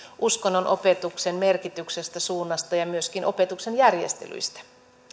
uskonnonopetuksen merkityksestä suunnasta ja myöskin opetuksen järjestelyistä